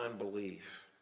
unbelief